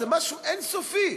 זה משהו אין-סופי.